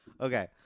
Okay